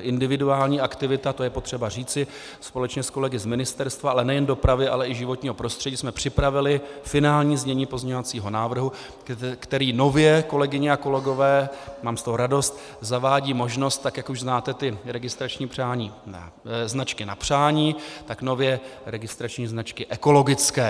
individuální aktivita, to je potřeba říci, společně s kolegy z ministerstva, ale nejen dopravy, ale i životního prostředí jsme připravili finální znění pozměňovacího návrhu, který nově, kolegyně a kolegové, mám z toho radost, zavádí možnost, tak jak už znáte registrační značky na přání, tak nově registrační značky ekologické.